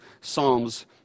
psalms